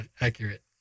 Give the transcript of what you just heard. accurate